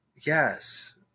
Yes